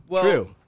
True